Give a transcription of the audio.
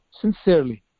sincerely